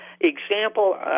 example